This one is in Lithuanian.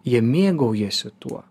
jie mėgaujasi tuo